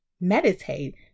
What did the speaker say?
Meditate